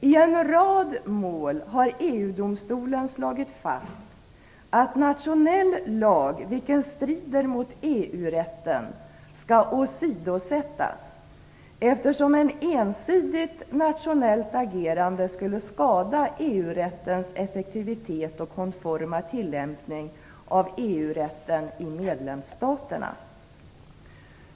I en rad mål har EU-domstolen slagit fast att nationell lag vilken strider mot EU-rätten skall åsidosättas, eftersom ett ensidigt nationellt agerande skulle skada EU-rättens effektivitet och konforma tillämpning av EU-rätten i medlemsstaterna.